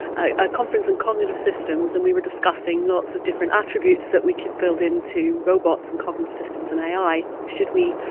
a conference on and cognitive systems. and we were discussing lots of different attributes that we could build into robots and cognitive systems in ai. should we,